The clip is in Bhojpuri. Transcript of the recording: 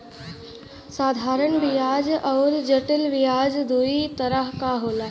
साधारन बियाज अउर जटिल बियाज दूई तरह क होला